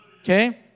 okay